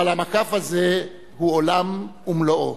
אבל המקף הזה הוא עולם ומלואו.